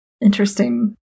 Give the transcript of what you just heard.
interesting